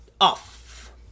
off